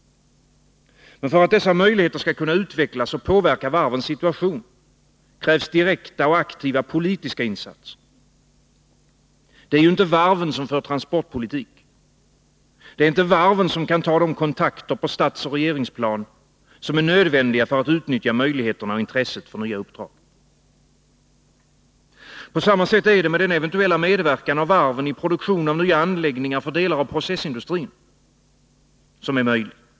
Men för att dessa möjligheter skall kunna utvecklas och påverka varvens situation, krävs direkta och aktiva politiska initiativ. Det är ju inte varven som för transportpolitik. Det ä inte varven som kan ta de kontakter på statsoch regeringsplan som är nödvändiga för att utnyttja möjligheterna och intresset för nya uppdrag. På samma sätt är det med den eventuella medverkan av varven i produktion av nya anläggningar för delar av processindustrin som är möjlig.